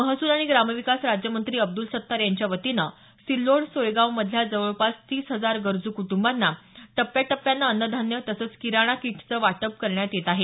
महसूल आणि ग्रामविकास राज्यमंत्री अब्द्ल सत्तार यांच्या वतीनं सिल्लोड सोयगाव मधल्या जवळपास तीस हजार गरजू कुटुंबांना टप्या टप्यानं अन्नधान्य तसंच किराणा किटचं वाटप करण्यात येत आहे